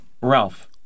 Ralph